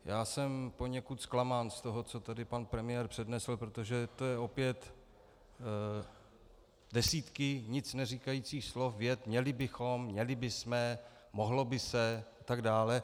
Já jsem poněkud zklamán z toho, co tady pan premiér přednesl, protože to jsou opět desítky nicneříkajících slov, vět měli bychom, mohlo by se a tak dále.